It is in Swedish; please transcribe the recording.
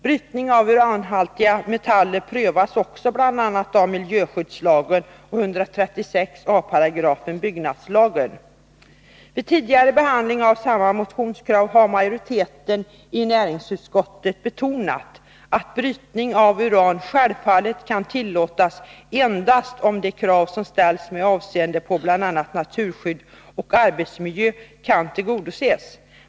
Brytning av uranhaltiga metaller prövas också enligt bl.a. miljöskyddslagen och 136 a § byggnadslagen. Vid tidigare behandling av samma motionskrav har majoriteten i näringsutskottet betonat att brytning av uran självfallet kan tillåtas endast om de krav som ställs med avseende på bl.a. naturskydd och arbetsmiljö kan tillgodoses.